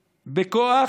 בכוח,